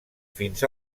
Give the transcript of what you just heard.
fins